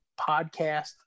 podcast